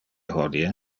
hodie